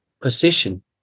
position